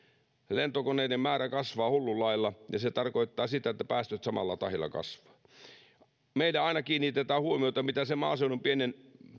lentokoneiden määrä kasvaa hullun lailla ja se tarkoittaa sitä että päästöt kasvavat samalla tahdilla meillä aina kiinnitetään huomiota siihen mitä sen maaseudun pienen